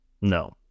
No